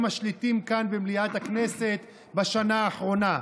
משליטים כאן במליאת הכנסת בשנה האחרונה,